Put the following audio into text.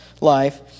life